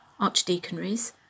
archdeaconries